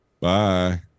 Bye